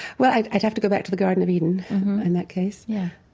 well, i'd i'd have to go back to the garden of eden in that case. yeah